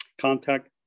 contact